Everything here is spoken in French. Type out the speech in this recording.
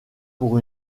pour